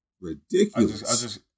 Ridiculous